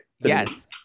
Yes